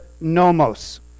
nomos